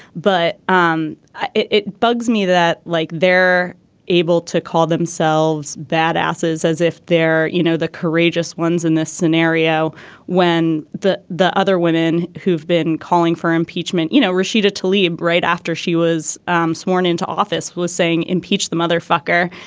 but um it it bugs me that like they're able to call themselves bad asses as if they're you know the courageous ones in this scenario when the the other women who've been calling for impeachment you know receded to leave right after she was um sworn into office was saying impeach the mother fucker.